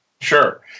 Sure